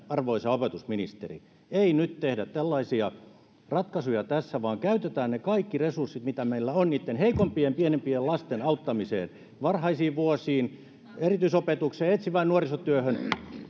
arvoisa opetusministeri ei nyt tehdä tällaisia ratkaisuja tässä vaan käytetään ne kaikki resurssit mitä meillä on niitten heikoimpien pienimpien lasten auttamiseen varhaisiin vuosiin erityisopetukseen etsivään nuorisotyöhön